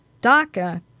DACA